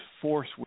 force